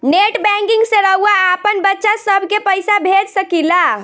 net banking से रउआ आपन बच्चा सभ के पइसा भेज सकिला